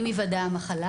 עם היוודע המחלה